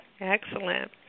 Excellent